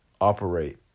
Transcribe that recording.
operate